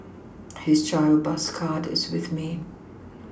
his child bus card is with me